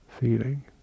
feeling